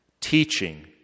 teaching